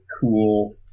cool